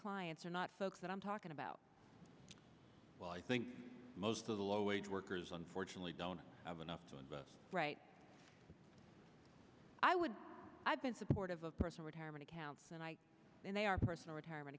clients are not folks that i'm talking about well i think most of the low wage workers unfortunately don't have enough to invest right i would have been supportive of personal retirement accounts and i mean they are personal retirement